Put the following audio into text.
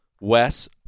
Wes